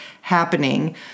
happening